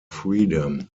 freedom